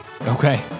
Okay